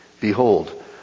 Behold